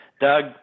doug